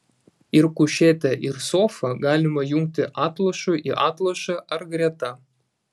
ir kušetę ir sofą galima jungti atlošu į atlošą ar greta